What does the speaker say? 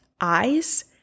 eyes